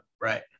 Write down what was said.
Right